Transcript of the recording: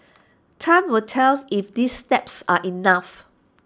time will tell if these steps are enough